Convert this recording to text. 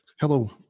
Hello